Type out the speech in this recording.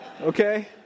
Okay